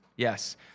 Yes